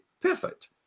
perfect